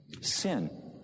Sin